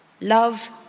Love